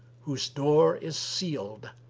whose door is sealed,